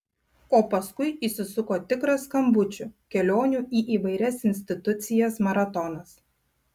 o paskui įsisuko tikras skambučių kelionių į įvairias institucijas maratonas